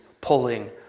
pulling